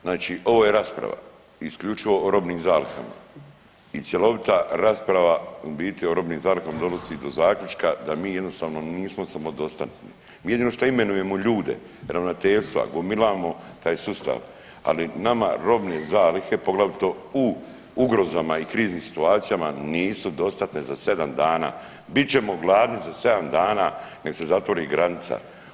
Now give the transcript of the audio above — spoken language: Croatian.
Znači ovo je rasprava isključivo o robnim zalihama i cjelovita rasprava u biti o robnim zalihama donosi do zaključka da mi jednostavno nismo samodostatni, mi jedino što imenujemo ljude, ravnateljstva, gomilamo taj sustav, ali nama robne zalihe, poglavito u ugrozama i kriznim situacijama nisu dostatne za 7 dana, bit ćemo gladni za 7 dana nek se zatvori granica.